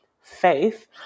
faith